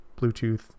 Bluetooth